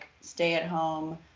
stay-at-home